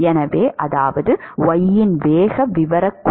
எனவே அதாவது y இன் வேக விவரக்குறிப்பு u